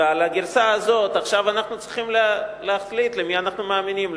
ועל הגרסה הזאת עכשיו אנחנו צריכים להחליט למי אנחנו מאמינים: